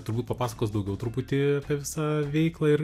turbūt papasakos daugiau truputį apie visą veiklą ir